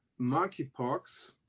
monkeypox